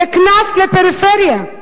זה קנס לפריפריה.